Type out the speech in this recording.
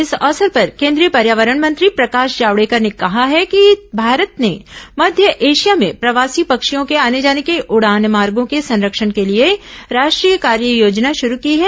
इस अवसर पर केंद्रीय पर्यावरण मंत्री प्रकाश जावड़ेकर ने कहा है कि भारत ने मध्य एशिया में प्रवासी पक्षियों के आने जाने के उडान मार्गो के संरक्षण के लिए राष्ट्रीय कार्ययोजना शुरू की है